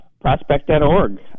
prospect.org